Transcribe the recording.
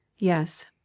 Yes